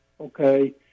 Okay